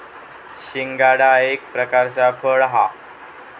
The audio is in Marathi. शिंगाडा एक प्रकारचा फळ हा